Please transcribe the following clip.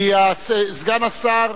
כי סגן השר,